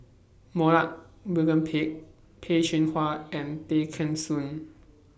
Pett Peh Chin Hua and Tay Kheng Soon